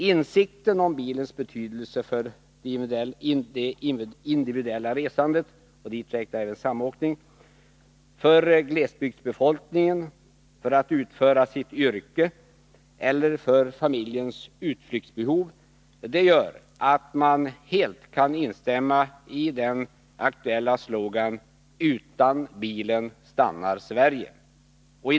Insikten om bilens betydelse för det individuella resandet — dit räknar jag även samåkning — och dess betydelse för glesbygdsbefolkningen samt för yrkesutövande eller för familjens utflyktsbehov gör att jag helt kan instämma i den aktuella slogan: Utan bilen stannar Sverige.